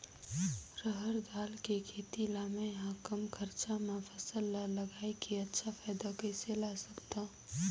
रहर दाल के खेती ला मै ह कम खरचा मा फसल ला लगई के अच्छा फायदा कइसे ला सकथव?